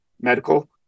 medical